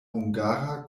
hungara